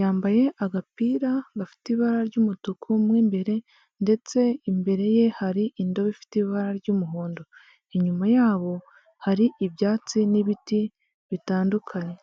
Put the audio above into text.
yambaye agapira gafite ibara ry'umutuku mo imbere, ndetse imbere ye hari indobo ifite ibara ry'umuhondo, inyuma yabo hari ibyatsi n'ibiti bitandukanye.